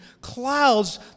clouds